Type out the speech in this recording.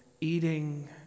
eating